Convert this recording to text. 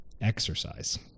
exercise